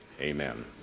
Amen